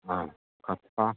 ആ ആ ആ